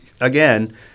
again